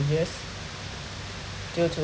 years due to